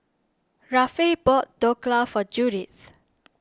Rafe bought Dhokla for Judith